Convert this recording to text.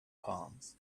palms